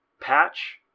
Patch